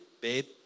babe